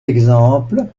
exemples